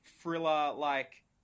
thriller-like